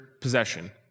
possession